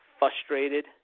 frustrated